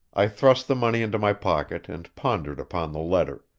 i thrust the money into my pocket and pondered upon the letter,